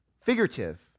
figurative